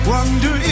Wonder